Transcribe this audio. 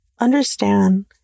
Understand